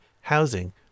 housing